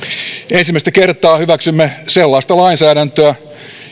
ensimmäistä kertaa hyväksymme sellaista lainsäädäntöä